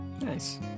Nice